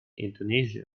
indonesia